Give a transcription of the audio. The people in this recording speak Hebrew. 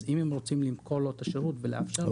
אם הם רוצים למכור לו את השירות ולאפשר לו